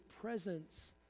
presence